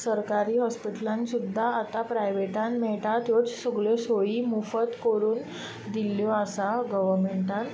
सरकारी हॉस्पिटलांत सुद्दां आतां प्रायवेटांत मेळटात त्योच सगळ्यो सोयी मुफत करून दिल्ल्यो आसा गोवर्नमँटान